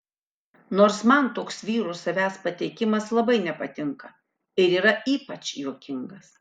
nors man toks vyrų savęs pateikimas labai nepatinka ir yra ypač juokingas